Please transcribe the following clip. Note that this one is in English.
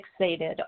fixated